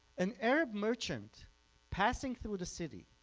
an arab merchant passing through the city